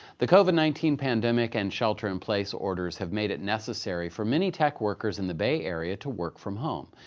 the covid nineteen pandemic and shelter in place orders have made it necessary for many tech workers in the bay area to work from home.